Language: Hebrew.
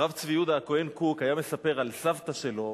הרב צבי יהודה הכהן קוק היה מספר על סבתא שלו,